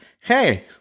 hey